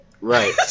right